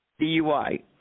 DUI